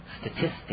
statistics